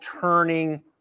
turning